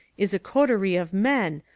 is a coterie of men,